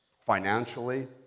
financially